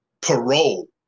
parole